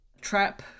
Trap